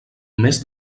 més